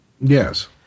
Yes